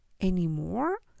anymore